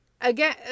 Again